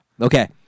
okay